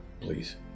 please